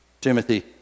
Timothy